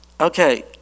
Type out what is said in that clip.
Okay